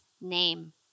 name